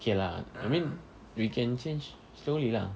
okay lah I mean we can change slowly lah